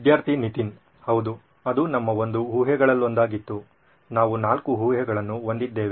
ವಿದ್ಯಾರ್ಥಿ ನಿತಿನ್ ಹೌದು ಅದು ನಮ್ಮ ಒಂದು ಊಹೆಗಳಲೊಂದಾಗಿತ್ತು ನಾವು ನಾಲ್ಕು ಊಹೆಗಳನ್ನು ಹೊಂದಿದ್ದೇವೆ